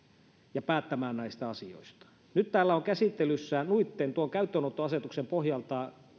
ja päättämään näistä asioista nyt täällä ovat käsittelyssä tuon käyttöönottoasetuksen pohjalta